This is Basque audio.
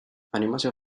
animazio